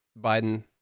Biden